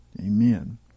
Amen